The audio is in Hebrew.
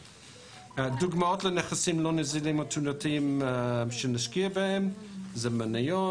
דוגמאות לנכסים לא נזילים או תנודתיים שנשקיע בהם זה מניות,